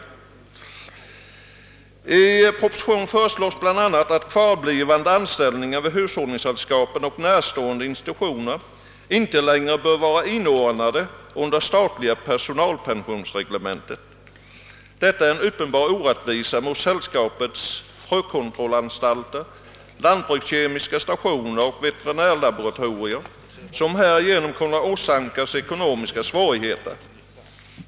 I propositionen föreslås bl.a. att kvarblivande anställningar vid hushållningssällskapen och närstående institutioner inte längre bör vara inordnade under det statliga personalpensionsreglementet. Detta är en uppenbar orättvisa mot sällskapens frökontrollanstalter, lantbrukskemiska stationer och veterinärlaboratorier, som =: härigenom kan åsamkas ekonomiska svårigheter.